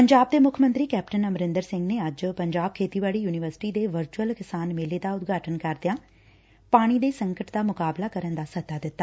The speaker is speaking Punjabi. ਪੰਜਾਬ ਦੇ ਮੁੱਖ ਮੰਤਰੀ ਕੈਪਟਨ ਅਮਰੰਦਰ ਸਿੰਘ ਨੇ ਅੱਜ ਪੰਜਾਬ ਖੇਤੀਬਾੜੀ ਯੁਨੀਵਰਸਿਟੀ ਦੇ ਵਰਚੁਅਲ ਕਿਸਾਨ ਮੇਲੇ ਦਾ ਉਦਘਾਟਨ ਕਰਦਿਆਂ ਪਾਣੀ ਦੇ ਸੰਕਟ ਦਾ ਮੁਕਾਬਲਾ ਕਰਨ ਦਾ ਸੱਦਾ ਦਿੱਤਾ